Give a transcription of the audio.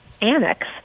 annex